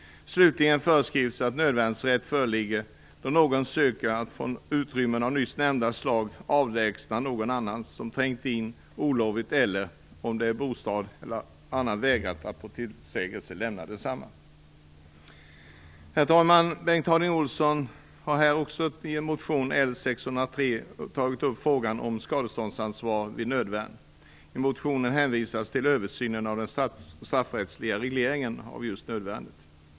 Slutligen föreskrivs att nödvärnsrätt föreligger då någon söker att från utrymmen av nyss nämnt slag avlägsna någon annan, som trängt in olovligen eller, om det är bostad, annars vägrar att på tillsägelse lämna denna. Herr talman! Bengt Harding Olson har i motion L603 tagit upp frågan om skadeståndsansvar vid nödvärn. I motionen hänvisas till översynen av den straffrättsliga regleringen av just nödvärn.